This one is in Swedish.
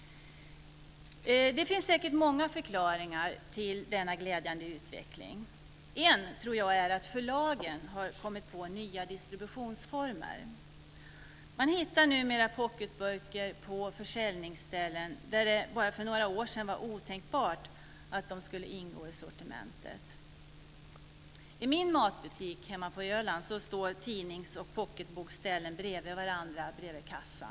Det finns säkert många förklaringar till denna glädjande utveckling. En tror jag är att förlagen har kommit på nya distributionsformer. Man hittar numera pocketböcker på försäljningsställen där det för bara några år sedan vara otänkbart att de skulle ingå i sortimentet. I min matbutik hemma på Öland står tidnings och pocketbokställen bredvid varandra vid kassan.